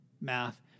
math